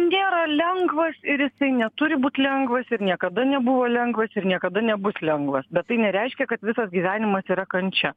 nėra lengvas ir jisai neturi būt lengvas ir niekada nebuvo lengvas ir niekada nebus lengvas bet tai nereiškia kad visas gyvenimas yra kančia